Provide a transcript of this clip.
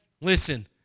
Listen